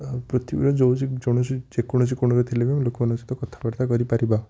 ଆଉ ପୃଥିବୀର ଯେଉଁ ଯେକୌଣସି କୋଣରେ ଥିଲେ ବି ଆମେ ଲୋକମାନଙ୍କ ସହିତ କଥାବାର୍ତ୍ତା କରିପାରିବା